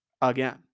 again